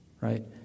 right